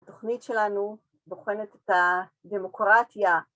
‫התוכנית שלנו בוחנת את הדמוקרטיה.